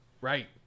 right